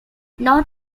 not